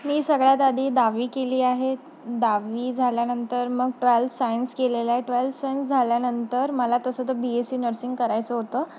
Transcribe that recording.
मी सगळ्यात आधी दहावी केली आहे दहावी झाल्यानंतर मग ट्वेल्थ सायन्स केलेलं आहे ट्वेल्थ सायन्स झाल्यानंतर मला तसं तर बी एससी नर्सिंग करायचं होतं